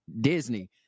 Disney